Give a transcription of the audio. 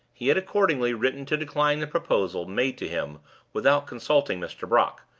he had accordingly written to decline the proposal made to him without consulting mr. brock,